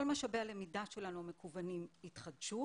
כל משאבי הלמידה המקוונים שלנו התחדשו